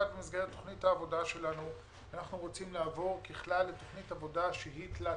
אנחנו רוצים לעבור לתכנית עבודה תלת